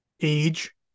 age